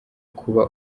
kuba